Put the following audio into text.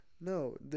No